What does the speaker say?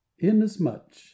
inasmuch